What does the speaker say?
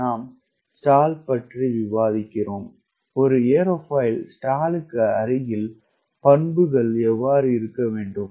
நாம் ஸ்டால் பற்றி விவாதிக்கிறோம் ஒரு ஏரோஃபாயில் ஸ்டாலுக்கு அருகில் பண்புகள் எவ்வாறு இருக்க வேண்டும்